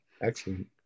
Excellent